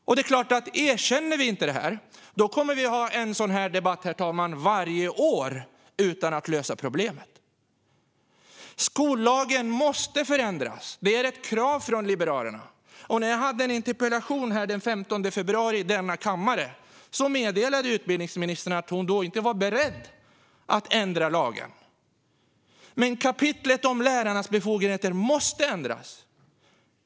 Om vi inte erkänner det kommer vi att ha en sådan här debatt varje år utan att lösa problemet. Skollagen måste förändras. Det är ett krav från Liberalerna. När jag hade en interpellationsdebatt den 15 februari här i denna kammare meddelade utbildningsministern att hon inte var beredd att ändra lagen. Men kapitlet om lärarnas befogenheter måste ändras.